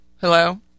Hello